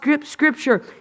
Scripture